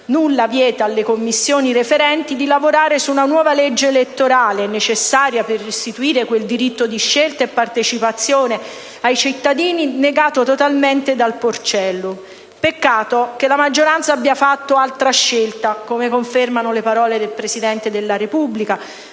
Nulla vieta alle Commissioni referenti di lavorare su una nuova legge elettorale, necessaria per restituire quel diritto di scelta e partecipazione ai cittadini negato totalmente dal "porcellum". Peccato che la maggioranza abbia fatto altra scelta, come confermano le parole del Presidente della Repubblica